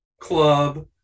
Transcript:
club